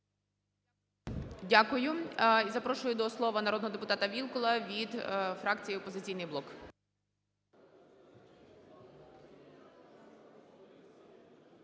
Дякую. І запрошую до слова народного депутата Вілкула від фракції "Опозиційний блок".